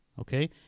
okay